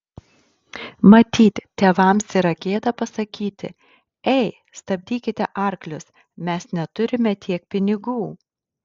matyt tėvams yra gėda pasakyti ei stabdykite arklius mes neturime tiek pinigų